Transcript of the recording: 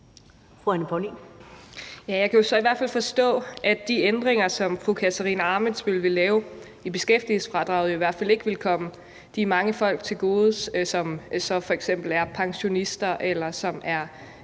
Jeg kan jo i hvert fald forstå, at de ændringer, som fru Katarina Ammitzbøll vil lave i beskæftigelsesfradraget, ikke vil komme de mange folk til gode, som f.eks. er pensionister, eller som er